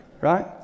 right